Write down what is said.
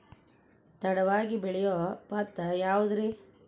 ತಡವಾಗಿ ಬೆಳಿಯೊ ಭತ್ತ ಯಾವುದ್ರೇ?